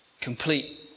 Complete